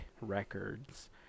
records